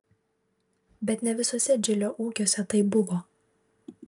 bet ne visuose džilio ūkiuose taip buvo